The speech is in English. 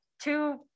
two